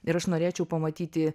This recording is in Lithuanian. ir aš norėčiau pamatyti